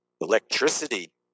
Electricity